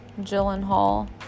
Gyllenhaal